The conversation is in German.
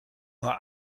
nur